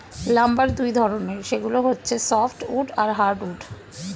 lumber দুই ধরনের, সেগুলো হচ্ছে সফ্ট উড আর হার্ড উড